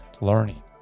learning